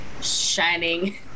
shining